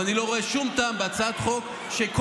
אבל אני לא רואה שום טעם בהצעת חוק שכל